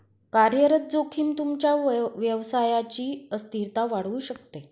कार्यरत जोखीम तुमच्या व्यवसायची अस्थिरता वाढवू शकते